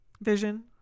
Vision